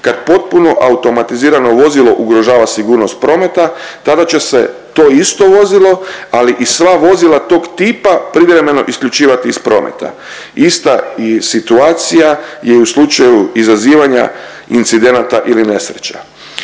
kad potpuno automatizirano vozilo ugrožava sigurnost prometa tada će se to isto vozilo, ali i sva vozila tog tipa privremeno isključivati iz prometa. Ista situacija je i u slučaju izazivanja incidenata ili nesreća.